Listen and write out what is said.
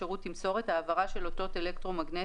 "שירות תמסורת" העברה של אותות אלקטרומגנטיים,